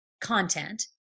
content